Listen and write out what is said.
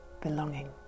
belonging